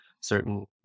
certain